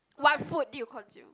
what food did you consume